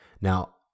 now